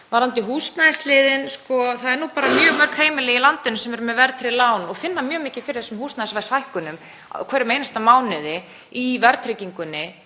Varðandi húsnæðisliðinn eru bara mjög mörg heimili í landinu sem eru með verðtryggð lán og finna mjög mikið fyrir þessum húsnæðisverðshækkunum í hverjum einasta mánuði í verðtryggingunni.